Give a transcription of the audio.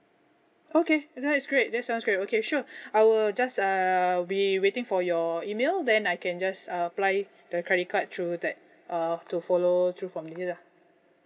okay that is great that sounds great okay sure I will just uh I will be waiting for your email then I can just uh apply the credit card through that uh to follow through from here lah